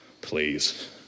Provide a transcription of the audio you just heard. Please